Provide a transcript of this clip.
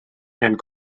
and